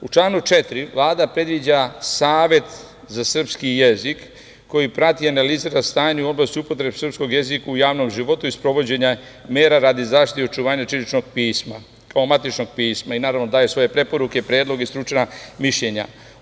U članu 4. Vlada predviđa Savet za srpski jezik koji prati i analizira stanje u oblasti srpskog jezika u javnom životu i sprovođenja mera radi zaštite i očuvanja ćiriličnog pisma, matičnog pisma i naravno daje svoje preporuke, predloge i stručna mišljenja.